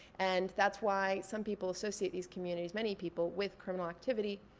and that's why some people associate these communities, many people, with criminal activity.